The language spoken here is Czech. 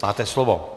Máte slovo.